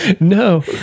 no